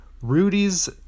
rudy's